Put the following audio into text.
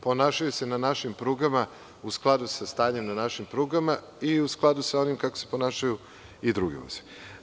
Ponašaju se na našim prugama u skladu sa stanjem na našim prugama i u skladu sa onim kako se ponašaju i drugi vozovi.